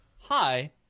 Hi